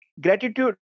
Gratitude